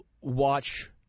watch